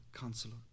counselor